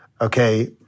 okay